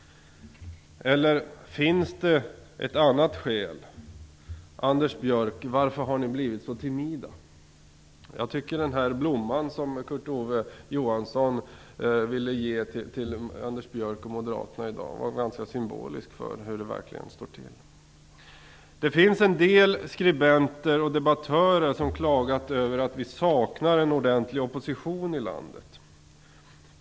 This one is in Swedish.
Eller finns det ett annat skäl? Anders Björck, varför har ni blivit så timida? Jag tycker att den blomma som Kurt Ove Johansson ville ge till Anders Björck och Moderaterna i dag var ganska symbolisk för hur det verkligen står till. Det finns en del skribenter och debattörer som klagat över att vi saknar en ordentlig opposition i landet.